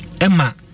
Emma